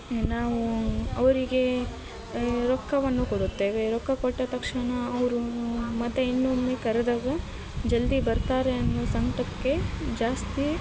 ನಾವು ಅವರಿಗೆ ರೊಕ್ಕವನ್ನು ಕೊಡುತ್ತೇವೆ ರೊಕ್ಕ ಕೊಟ್ಟ ತಕ್ಷಣ ಅವರು ಮತ್ತೆ ಇನ್ನೊಮ್ಮೆ ಕರೆದಾಗ ಜಲ್ದಿ ಬರ್ತಾರೆ ಅನ್ನೋ ಜಾಸ್ತಿ